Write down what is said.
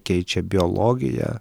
keičia biologiją